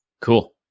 Cool